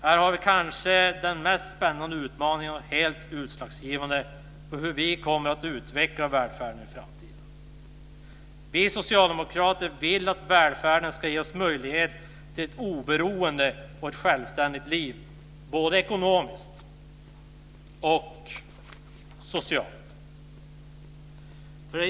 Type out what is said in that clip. Här har vi kanske den mest spännande utmaningen som är helt utslagsgivande för hur vi kommer att utveckla välfärden i framtiden. Vi socialdemokrater vill att välfärden ska ge oss möjlighet till ett oberoende och självständigt liv, både ekonomiskt och socialt.